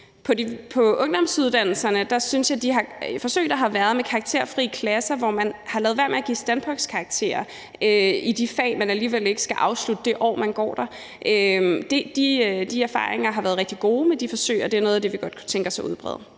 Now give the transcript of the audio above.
På ungdomsuddannelserne har der været de her forsøg med karakterfrie klasser, hvor man har ladet være med at give standpunktskarakterer i de fag, eleverne alligevel ikke skal afslutte, det år de går der, og erfaringerne med de forsøg har været rigtig gode. Det er noget af det, vi godt kunne tænke os at udbrede.